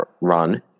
run